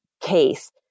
case